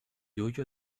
huyo